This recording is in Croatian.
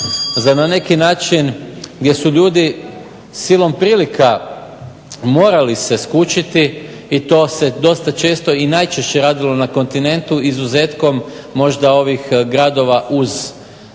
za na neki način gdje su ljudi silom prilika morali se skućiti i to se dosta često i najčešće radilo na kontinentu izuzetkom možda ovih gradova uz Split